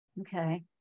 Okay